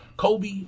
Kobe